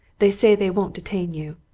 they say they won't detain you.